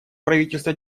правительство